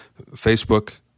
Facebook